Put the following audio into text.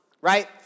right